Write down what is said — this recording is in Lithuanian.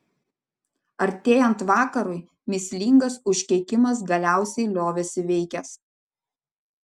artėjant vakarui mįslingas užkeikimas galiausiai liovėsi veikęs